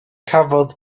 cafodd